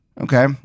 Okay